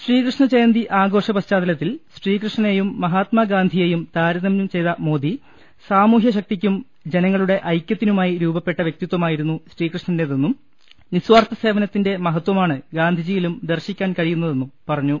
ശ്രീകൃഷ്ണജയന്തി ആഘോഷ പശ്ചാത്തലത്തിൽ ശ്രീകൃഷ്ണനെയും മഹാത്മാഗാന്ധിയെയും താരതമൃം ചെയ്ത മോദി സാമൂഹൃശക്തിക്കും ജനങ്ങളുടെ ഐക്യത്തിനുമായി രൂപപ്പെട്ട വൃക്തിതമായിരുന്നു ശ്രീകൃ ഷ്ണന്റേതെന്നും നിസാർത്ഥ സേവനത്തിന്റെ മഹത്ഥമാണ് ഗാന്ധിജിയിലും ദർശിക്കാൻ കഴിയുന്നതെന്നും പറഞ്ഞു